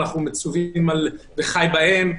אנחנו מצווים על "וחי בהם",